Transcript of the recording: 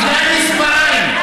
בגלל מספריים,